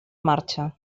marxa